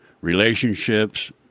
relationships